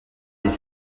des